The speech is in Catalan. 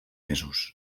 mesos